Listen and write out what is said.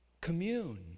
commune